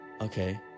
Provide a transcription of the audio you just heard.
Okay